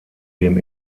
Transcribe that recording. dem